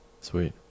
Sweet